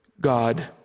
God